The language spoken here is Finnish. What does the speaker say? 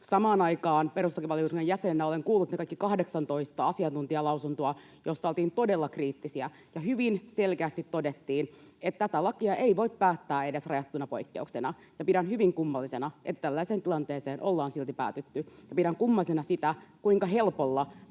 Samaan aikaan perustuslakivaliokunnan jäsenenä olen kuullut ne kaikki 18 asiantuntijalausuntoa, joissa oltiin todella kriittisiä ja hyvin selkeästi todettiin, että tätä lakia ei voi päättää edes rajattuna poikkeuksena, ja pidän hyvin kummallisena, että tällaiseen tilanteeseen ollaan silti päädytty. Pidän kummallisena sitä, kuinka helpolla